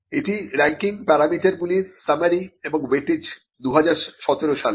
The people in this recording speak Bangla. এটি রাঙ্কিং প্যারামিটারগুলির সামারি এবং ওয়েটেজ 2017 সালের